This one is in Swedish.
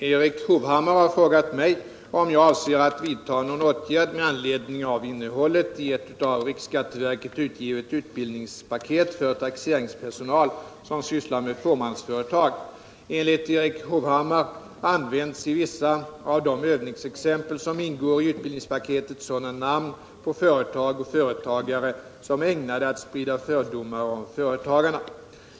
Herr talman! Erik Hovhammar har frågat mig om jag avser att vidta någon åtgärd med anledning av innehållet i ett av riksskatteverket utgivet utbildningspaket för taxeringspersonal som sysslar med fåmansföretag. Enligt Erik Hovhammar används i vissa av de övningsexempel som ingår i utbildningspaketet sådana namn på företag och företagare som är ägnade att sprida fördomar om företagarna.